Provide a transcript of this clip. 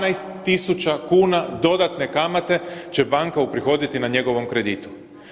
12.000 kuna dodatne kamate će banka uprihoditi na njegovom kreditu.